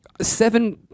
Seven